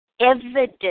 evidence